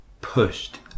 pushed